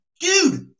Dude